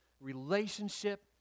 relationship